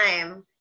time